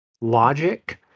logic